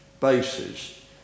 bases